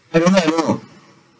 hello